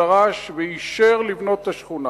דרש ואישר לבנות את השכונה.